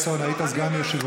סגן השר,